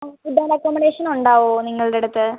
ആ food and accommodation ഉണ്ടാകുമോ നിങ്ങളുടെ അടുത്ത്